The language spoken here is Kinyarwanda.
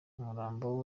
umurambo